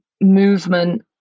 movement